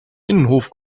innenhof